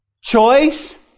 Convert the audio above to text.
Choice